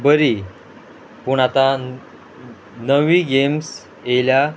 बरी पूण आतां नवी गेम्स येयल्या